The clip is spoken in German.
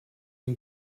ihm